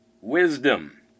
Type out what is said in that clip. wisdom